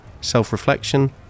self-reflection